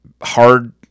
hard